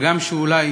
הגם שאולי